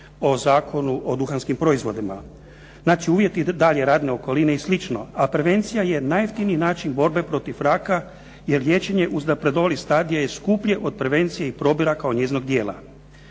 o Zakonu o duhanskim proizvodima. Znači uvjeti dalje radne okoline i slično. A prevencija je najjeftiniji način borbe protiv raka, jer liječenje uznapredovalih stadija je skuplje od prevencije i probira kao njezinog dijela.